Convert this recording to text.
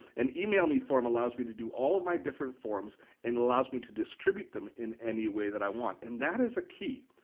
and emailmeform allows me to do all of my different forms and allows me to distribute them in any way that i want and that is a key.